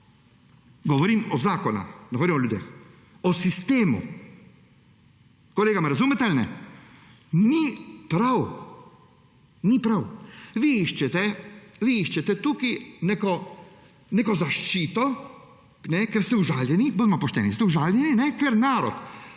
govorim o ljudeh. O sistemu. Kolega, me razumete ali ne? Ni prav. Vi iščete tukaj neko zaščito, ker ste užaljeni, bodimo